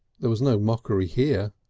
there was no mockery here.